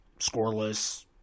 scoreless